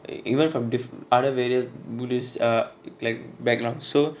even from diff~ other various buddhist uh like uh background so